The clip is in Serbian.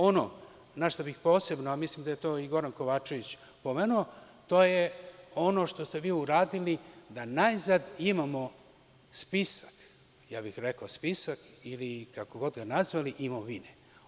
Ono što bih posebno, a mislim da je to i Goran Kovačević pomenuo, to je ono što ste vi uradili da najzad imamo spisak, ja bih rekao spisak, ili kako god ga nazvali, imovine.